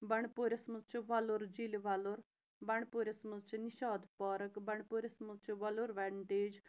بنٛڈٕ پورِس منٛز چھِ وَلُر جیٖلہِ وَلُر بنٛڈ پورِس منٛز چھِ نِشاط پارَک بنٛڈ پورِس منٛز وَلُر وٮ۪نٹیج